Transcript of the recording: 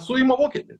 suima vokietį